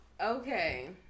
Okay